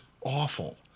awful